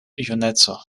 juneco